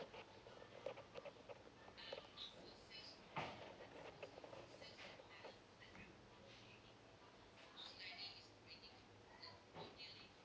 okay